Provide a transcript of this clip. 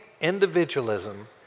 individualism